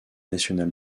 national